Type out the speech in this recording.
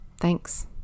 Thanks